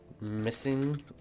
missing